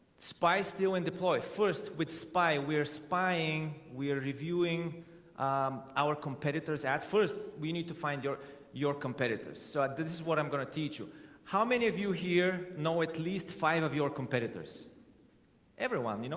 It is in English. spice tio and deploy first with spy we're spying we're reviewing um our competitors at first we need to find your your competitors so this is what i'm gonna teach you how many of you here know at least five of your competitors everyone, you know,